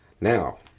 Now